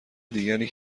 دیگری